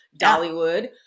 Dollywood